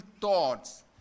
thoughts